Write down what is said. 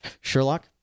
sherlock